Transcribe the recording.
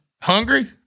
hungry